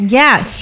yes